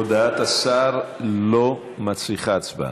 הודעת השר לא מצריכה הצבעה.